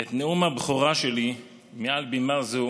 את נאום הבכורה שלי מעל בימה זו